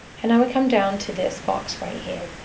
and i will come down to this box right here.